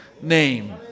name